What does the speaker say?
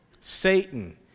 Satan